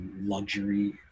luxury